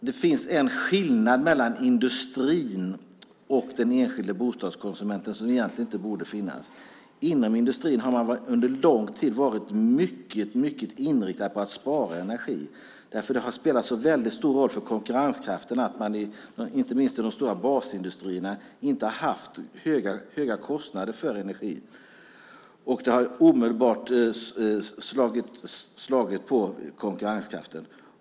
Det finns en skillnad mellan industrin och den enskilda bostadskonsumenten som egentligen inte borde finnas. Inom industrin har man under lång tid varit mycket inriktad på att spara energi. Det har spelat en så stor roll för konkurrenskraften att man inte minst i de stora basindustrierna inte har haft höga kostnader för energi. Det har omedelbart slagit på konkurrenskraften.